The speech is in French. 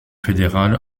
fédéral